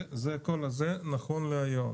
כל זה נכון להיום.